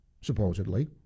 supposedly